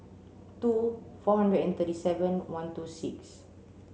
two four hundred and thirty seven one two six